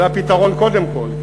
זה הפתרון קודם כול.